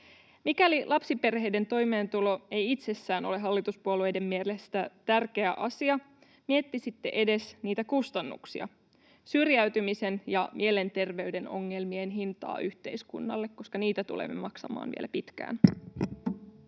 Mikäli lapsiperheiden toimeentulo ei itsessään ole hallituspuolueiden mielestä tärkeä asia, miettisitte edes niitä kustannuksia, syrjäytymisen ja mielenterveyden ongelmien hintaa yhteiskunnalle, koska niitä tulemme maksamaan vielä pitkään.